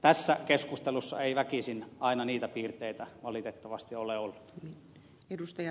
tässä keskustelussa ei väkisin aina niitä piirteitä valitettavasti ole ollut